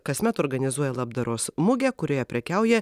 kasmet organizuoja labdaros mugę kurioje prekiauja